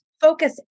focus